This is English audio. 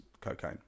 cocaine